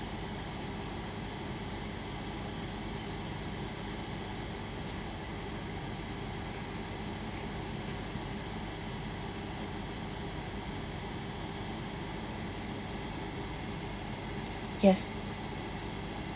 yes